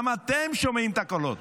גם אתם שומעים את הקולות.